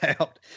out